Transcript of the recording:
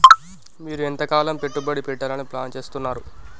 మీరు ఎంతకాలం పెట్టుబడి పెట్టాలని ప్లాన్ చేస్తున్నారు?